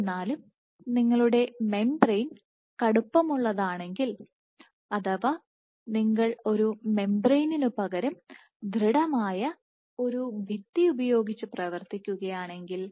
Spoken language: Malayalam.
എന്നിരുന്നാലും നിങ്ങളുടെ മെംബ്രേയ്ൻ കടുപ്പമുള്ളതാണെങ്കിൽ അഥവാ നിങ്ങൾ ഒരു മെംബ്രേയ്നിനുപകരം ദൃഢമായ ഒരു ഭിത്തി ഉപയോഗിച്ച് പ്രവർത്തിക്കുകയാണെങ്കിൽ